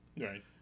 Right